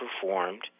performed